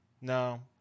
no